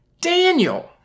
Daniel